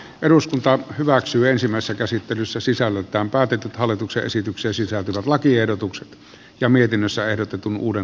eduskunta hyväksyy ensimmäistä käsittelyssä sisällöltään päätökset hallituksen esitykseen sisältyvän lakiehdotuksen ja mietinnössä ehdotetun uuden